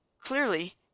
clearly